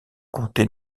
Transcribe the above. comté